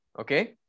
okay